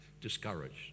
discouraged